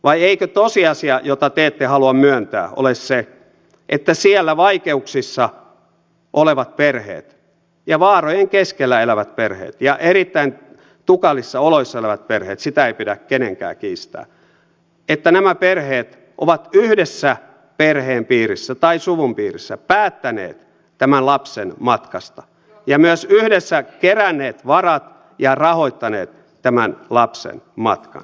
vai eikö tosiasia jota te ette halua myöntää ole se että siellä vaikeuksissa olevat perheet ja vaarojen keskellä elävät perheet ja erittäin tukalissa oloissa elävät perheet sitä ei pidä kenenkään kiistää ovat yhdessä perheen piirissä tai suvun piirissä päättäneet tämän lapsen matkasta ja myös yhdessä keränneet varat ja rahoittaneet tämän lapsen matkan